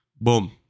boom